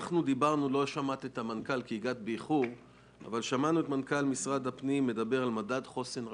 שמענו את מנכ"ל משרד הפנים מדבר על מדד חוסן רשותי.